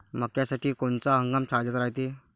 मक्क्यासाठी कोनचा हंगाम फायद्याचा रायते?